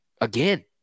again